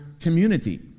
community